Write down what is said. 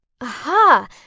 Aha